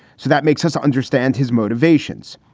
so that makes us understand his motivations.